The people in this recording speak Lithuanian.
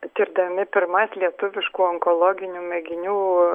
tirdami pirmas lietuviškų onkologinių mėginių